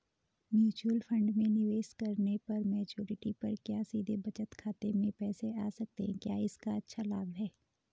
Mutual fund में निवेश करने पर मैच्योरिटी पर क्या सीधे बचत खाते में पैसे आ सकते हैं क्या इसका अच्छा लाभ है?